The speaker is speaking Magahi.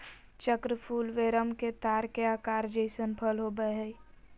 चक्र फूल वेरम के तार के आकार जइसन फल होबैय हइ